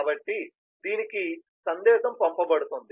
కాబట్టి దీనికి సందేశం పంపబడుతుంది